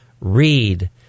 read